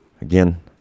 again